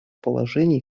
положений